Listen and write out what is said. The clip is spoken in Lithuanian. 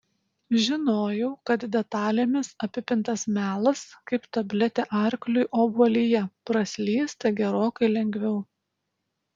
žinojau kad detalėmis apipintas melas kaip tabletė arkliui obuolyje praslysta gerokai lengviau